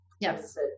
yes